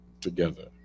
together